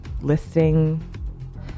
listing